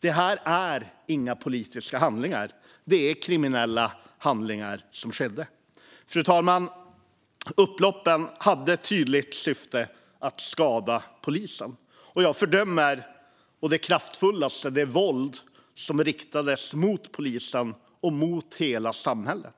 Detta var inga politiska handlingar, utan det var kriminella handlingar. Fru talman! Upploppen hade ett tydligt syfte att skada polisen. Och jag fördömer å det kraftfullaste det våld som riktades mot polisen och mot hela samhället.